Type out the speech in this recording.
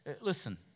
listen